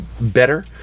better